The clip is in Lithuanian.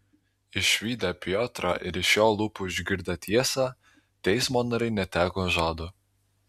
išvydę piotrą ir iš jo lūpų išgirdę tiesą teismo nariai neteko žado